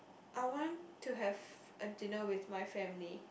I want to have a dinner with my family